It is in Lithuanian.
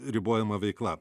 ribojama veikla